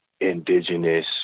indigenous